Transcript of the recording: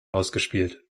ausgespielt